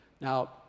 Now